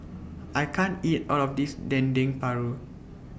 I can't eat All of This Dendeng Paru